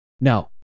no